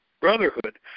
Brotherhood